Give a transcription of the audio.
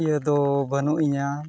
ᱤᱭᱟᱹ ᱫᱚ ᱵᱟᱹᱱᱩᱜ ᱤᱧᱟᱹ